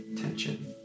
tension